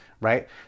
right